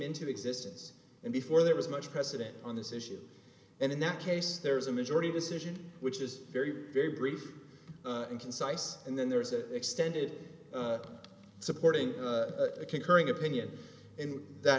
into existence and before there was much president on this issue and in that case there's a majority decision which is very very brief and concise and then there's an extended supporting concurring opinion and that